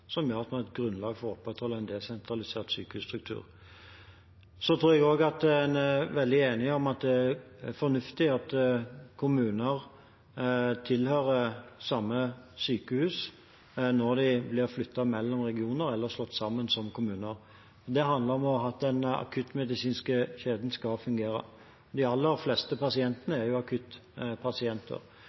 som gjør at man har et grunnlag for å opprettholde en desentralisert sykehusstruktur. Jeg tror en er veldig enige om at det er fornuftig at kommuner tilhører samme sykehus når de blir flyttet mellom regioner eller slått sammen som kommuner. Det handler om at den akuttmedisinske kjeden skal fungere. De aller fleste pasientene er